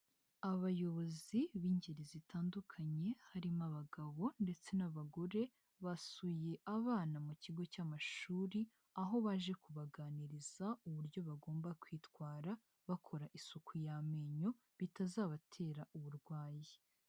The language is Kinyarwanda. Abayobozi b'ingeri zitandukanye, harimo abagabo ndetse n'abagore, basuye abana mu kigo cy'amashuri, aho baje kubaganiriza uburyo bagomba kwitwara bakora isuku y'amenyo, bitazabatera uburwayi.